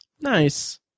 Nice